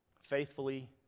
Faithfully